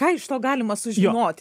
ką iš to galima sužinoti